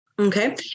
Okay